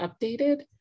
updated